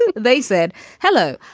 and they said hello.